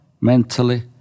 mentally